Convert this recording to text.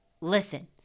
listen